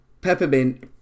Peppermint